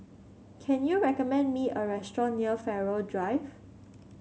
can you recommend me a restaurant near Farrer Drive